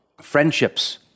friendships